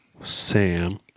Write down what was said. Sam